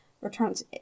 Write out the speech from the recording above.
returns